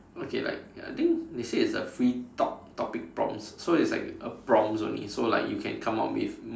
okay like I think they say it's a free talk topic prompts so it's like a prompts only so like you can come up with